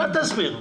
אל תסביר.